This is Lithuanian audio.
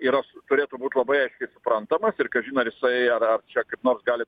yra turėtų būt labai aiškiai suprantamas ir kažin ar jisai ar čia kaip nors gali